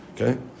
Okay